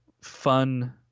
fun